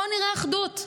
פה נראה אחדות.